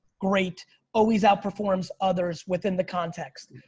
great always outperforms others within the context.